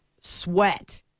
sweat